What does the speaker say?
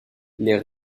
les